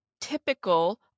typical